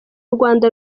rwanda